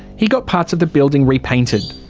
he got parts of the building repainted.